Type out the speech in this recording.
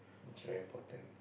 it's very important